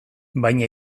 baina